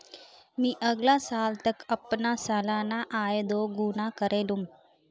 मी अगला साल तक अपना सालाना आय दो गुना करे लूम